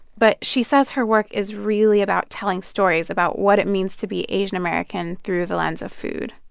but she says her work is really about telling stories about what it means to be asian-american through the lens of food.